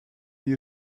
you